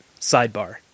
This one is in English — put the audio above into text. sidebar